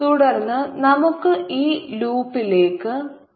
തുടർന്ന് നമുക്ക് ഈ ലൂപ്പിലേക്ക് പോകാം